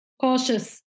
cautious